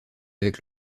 avec